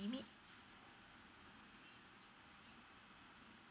limit